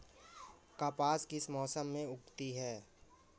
कपास किस मौसम में उगती है?